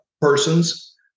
persons